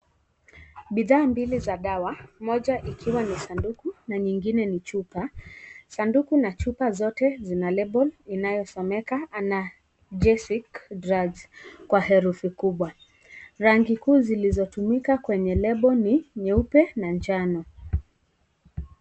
Bidhaa mbili za dawa moja ikiwa ni sanduku na nyingine ni chupa. Sanduku na chupa zote zina lebo inayosomeka analgesic drugs kwa herufi kubwa. Rangi kuu zilizotumika kwenye lebo ni nyeupe na njano.